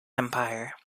empire